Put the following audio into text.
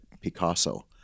Picasso